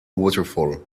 waterfall